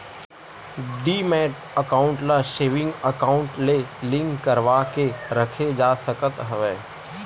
demat account ल saving account ले link करवाके रखे जा सकत हवय